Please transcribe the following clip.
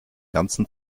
ganzen